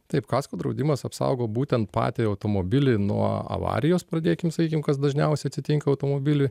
taip kasko draudimas apsaugo būtent patį automobilį nuo avarijos pradėkim sakykim kas dažniausiai atsitinka automobiliui